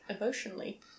emotionally